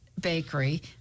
bakery